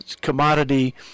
commodity